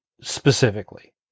specifically